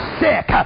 sick